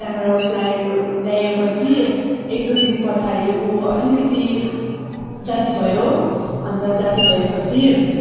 त्यहाँबाट उसलाई ल्याएपछि एक दुई दिन पछाडि उ अलिकति जाती भयो अन्त जाती भएपछि